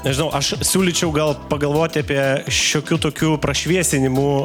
nežinau aš siūlyčiau gal pagalvoti apie šiokių tokių prašviesinimų